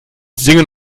singen